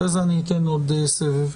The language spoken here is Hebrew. ואחרי זה אני אתן עוד סבב.